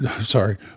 sorry